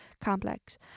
complex